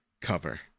cover